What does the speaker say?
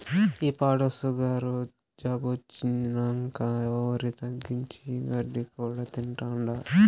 ఈ పాడు సుగరు జబ్బొచ్చినంకా ఒరి తగ్గించి, ఈ గడ్డి కూడా తింటాండా